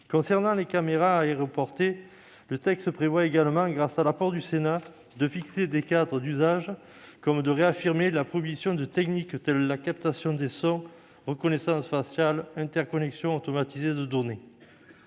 Sur les caméras aéroportées, le texte prévoit également, grâce à l'apport du Sénat, de fixer des cadres d'usages, comme de réaffirmer la prohibition de techniques telles que la captation des sons, la reconnaissance faciale, les interconnexions automatisées de données.